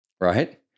right